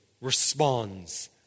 responds